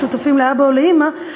שותפים לאבא או לאימא,